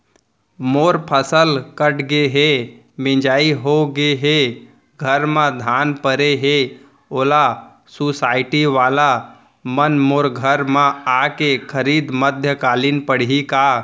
मोर फसल कट गे हे, मिंजाई हो गे हे, घर में धान परे हे, ओला सुसायटी वाला मन मोर घर म आके खरीद मध्यकालीन पड़ही का?